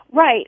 Right